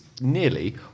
nearly